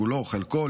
כולו או חלקו,